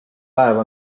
päev